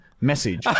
message